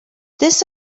this